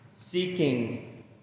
seeking